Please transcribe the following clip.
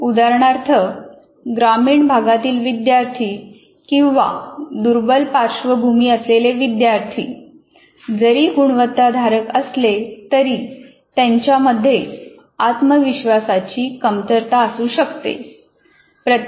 उदाहरणार्थ ग्रामीण भागातील विद्यार्थी किंवा दुर्बल पार्श्वभूमी असलेले विद्यार्थी जरी गुणवत्ताधारक असले तरी त्यांच्यामध्ये आत्मविश्वासाची कमतरता असू शकते